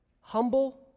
humble